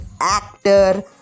actor